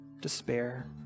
despair